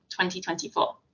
2024